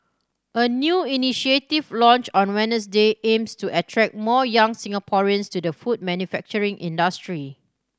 a new initiative launched on Wednesday aims to attract more young Singaporeans to the food manufacturing industry